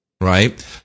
right